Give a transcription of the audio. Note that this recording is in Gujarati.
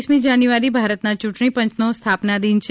રપ મી જાન્યુઆરી ભારતના યૂંટણી પંચનો સ્થાપના દિન છે